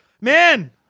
Man